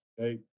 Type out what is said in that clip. okay